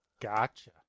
Gotcha